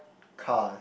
car